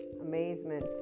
amazement